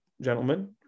gentlemen